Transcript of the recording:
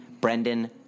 Brendan